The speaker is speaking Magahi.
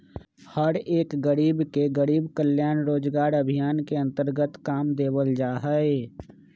हर एक गरीब के गरीब कल्याण रोजगार अभियान के अन्तर्गत काम देवल जा हई